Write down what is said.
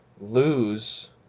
lose